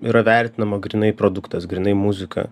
yra vertinama grynai produktas grynai muzika